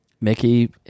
Mickey